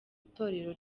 itorero